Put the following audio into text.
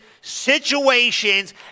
situations